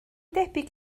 debyg